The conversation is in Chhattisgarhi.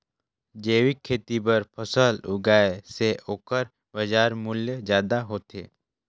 जैविक खेती बर फसल उगाए से ओकर बाजार मूल्य ज्यादा होथे